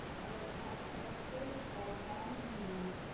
and then exhale forward fold, bend your knees.